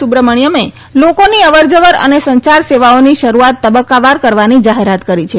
સુબ્રમાસ્થમે લોકોની અવરજવર અને સંયાર સેવાઓની શરૂઆત તબક્કાવાર કરવાની જાહેરાત કરી છે